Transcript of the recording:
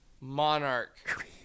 monarch